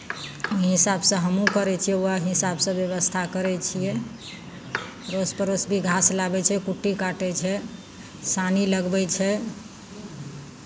एहि हिसाबसँ हमहूँ करै छियै उएह हिसाबसँ व्यवस्था करै छियै अड़ोस पड़ोस भी घास लाबै छै कुट्टी काटै छै सानी लगबै छै